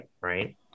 right